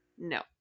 No